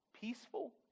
peaceful